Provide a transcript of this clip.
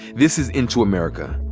this is into america.